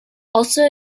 also